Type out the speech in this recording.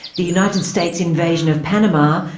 the united states invasion of panama,